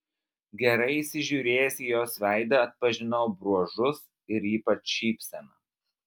gerai įsižiūrėjęs į jos veidą atpažinau bruožus ir ypač šypseną